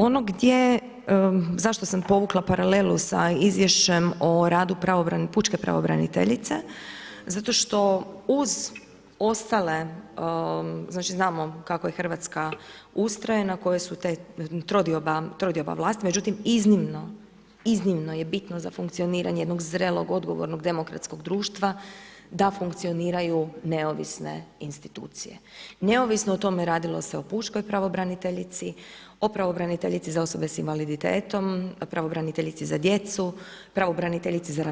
Ono gdje zašto sam povukla paralelu sa izvješćem o radu pučke pravobraniteljice, zato što uz ostale, znači znamo kako je Hrvatska ustrojena, koja je trodioba vlasti, međutim iznimno je bitno za funkcioniranje jednog zrelog odgovornog demokratskog da funkcioniraju neovisne institucije neovisno o tome radilo se o pučkoj pravobraniteljici, o pravobraniteljici za osobe s invaliditetom, pravobraniteljici za djecu, pravobraniteljici za